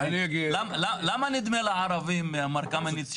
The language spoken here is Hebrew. למה נדמה לערבים מר קמיניץ,